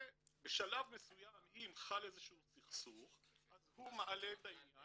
ובשלב מסוים אם חל איזה שהוא סכסוך אז הוא מעלה את העניין,